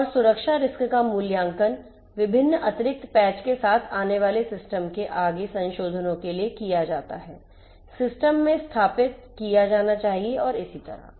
और सुरक्षा रिस्क का मूल्यांकन विभिन्न अतिरिक्त पैच के साथ आने वाले सिस्टम के आगे संशोधनों के लिए किया जाता है सिस्टम में स्थापित किया जाना चाहिए और इसी तरह